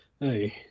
Hey